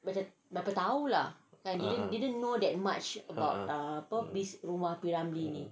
ah ah